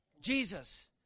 Jesus